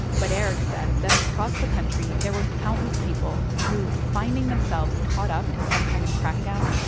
but eric said that across the country, there were countless people who, finding themselves caught up in some kind of crackdown,